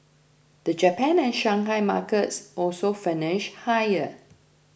the Japan and Shanghai markets also finished higher